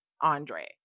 Andre